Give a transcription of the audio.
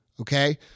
Okay